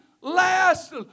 last